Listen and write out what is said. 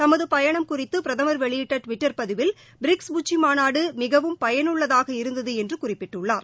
தமது பயணம் குறித்து பிரதமர் வெளியிட்ட டுவிட்டர் பதிவில் பிரிக்ஸ் உச்சிமாநாடு மிகவும் பயனுள்ளதாக இருந்தது என்று குறிப்பிட்டுள்ளார்